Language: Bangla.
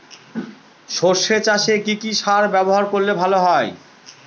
সর্ষে চাসে কি কি সার ব্যবহার করলে ভালো হয়?